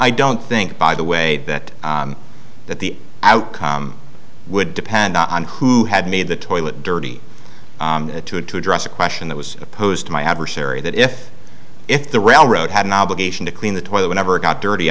i don't think by the way that the outcome would depend on who had made the toilet dirty to address a question that was opposed to my adversary that if if the railroad had an obligation to clean the toilet i never got dirty